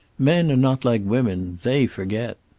men are not like women they forget.